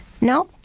no